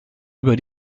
über